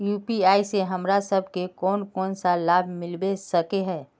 UPI से हमरा सब के कोन कोन सा लाभ मिलबे सके है?